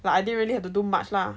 but I didn't really have to do much lah